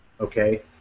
Okay